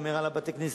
שומר על בתי-הכנסיות,